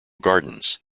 gardens